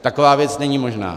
Taková věc není možná.